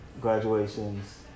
graduations